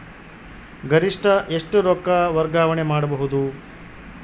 ಗರಿಷ್ಠ ಎಷ್ಟು ರೊಕ್ಕ ವರ್ಗಾವಣೆ ಮಾಡಬಹುದು?